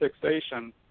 fixation